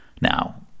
Now